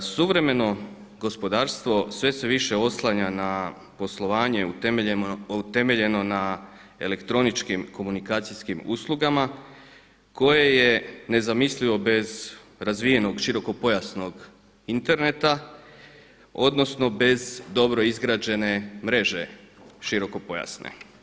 Suvremeno gospodarstvo sve se više oslanja na poslovanje utemeljeno na elektroničkim komunikacijskim uslugama koje je nezamislivo bez razvijenog širokopojasnog interneta, odnosno bez dobro izgrađene mreže širokopojasne.